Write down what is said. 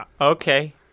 okay